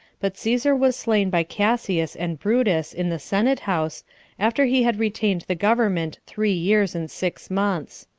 but caesar was slain by cassius and brutus in the senate-house, after he had retained the government three years and six months.